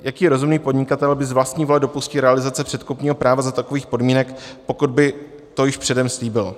Jaký rozumný podnikatel by z vlastní vůle dopustil realizaci předkupního práva za takových podmínek, pokud by to již předem slíbil?